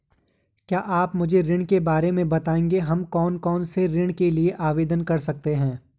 क्या आप मुझे ऋण के बारे में बताएँगे हम कौन कौनसे ऋण के लिए आवेदन कर सकते हैं?